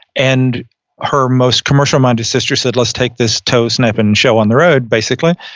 and her most commercial minded sister said, let's take this toe snap and show on the road, basically.